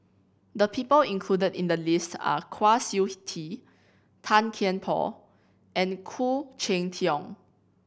the people included in the list are Kwa Siew Tee Tan Kian Por and Khoo Cheng Tiong